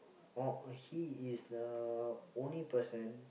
or he is the only person